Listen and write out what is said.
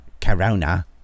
Corona